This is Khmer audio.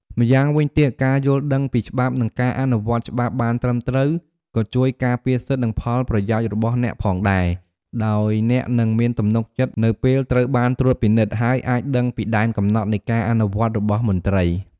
ម្យ៉ាងវិញទៀតការយល់ដឹងពីច្បាប់ និងការអនុវត្តច្បាប់បានត្រឹមត្រូវក៏ជួយការពារសិទ្ធិ និងផលប្រយោជន៍របស់អ្នកផងដែរ ដោយអ្នកនឹងមានទំនុកចិត្តនៅពេលត្រូវបានត្រួតពិនិត្យ ហើយអាចដឹងពីដែនកំណត់នៃការអនុវត្តរបស់មន្ត្រី។។